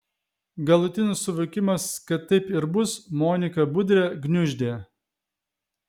galutinis suvokimas kad taip ir bus moniką budrę gniuždė